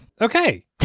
Okay